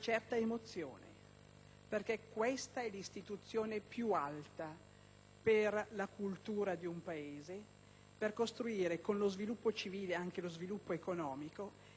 infatti, è l'istituzione più alta per la cultura di un Paese, per costruire, con lo sviluppo civile, anche lo sviluppo economico.